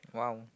!wow!